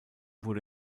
wurde